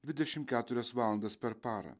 dvidešimt keturias valandas per parą